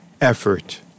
effort